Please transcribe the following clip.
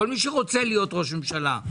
כל מי שרוצה להיות ראש ממשלה,